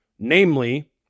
namely